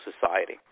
society